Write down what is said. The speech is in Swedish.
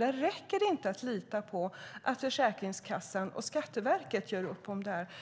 Det räcker inte med att lita på att Försäkringskassan och Skatteverket gör upp om detta.